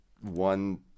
one